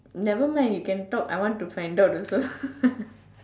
nevermind you can talk I want to find out also